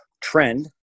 trend